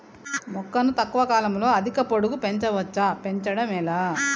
మొక్కను తక్కువ కాలంలో అధిక పొడుగు పెంచవచ్చా పెంచడం ఎలా?